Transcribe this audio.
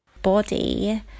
body